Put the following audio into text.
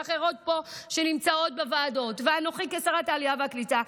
ואחרות פה שנמצאות בוועדות ואנוכי כשרת העלייה והקליטה,